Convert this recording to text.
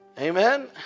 amen